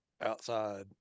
outside